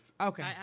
Okay